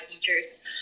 Teachers